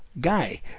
guy